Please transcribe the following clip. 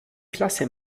klasse